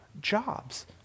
jobs